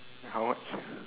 how much